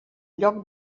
lloc